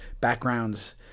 backgrounds